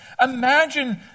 Imagine